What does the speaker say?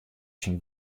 syn